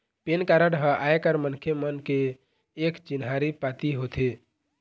PAN card ह आयकर मनखे मन के एक चिन्हारी पाती होथे